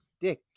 dick